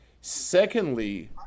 secondly